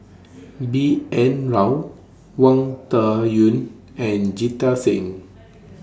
B N Rao Wang Dayuan and Jita Singh